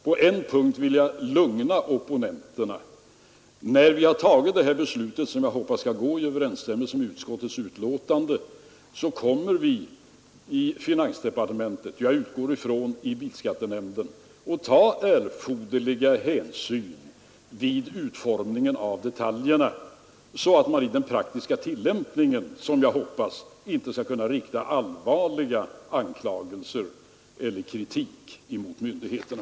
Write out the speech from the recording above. På en punkt vill jag dock lugna opponenterna: När vi har fattat det här beslutet, som jag hoppas skall stå i överensstämmelse med utskottets betänkande, kommer vi i finansdepartementet — och, förutsätter jag, i bilskattenämnden — att ta erforderlig hänsyn vid utformningen av detaljerna, så att man i den praktiska tillämpningen inte skall kunna rikta allvarliga anklagelser eller kritik mot myndigheterna.